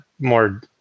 more